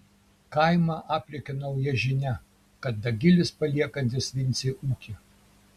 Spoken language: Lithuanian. kaimą aplėkė nauja žinia kad dagilis paliekantis vincei ūkį